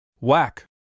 Whack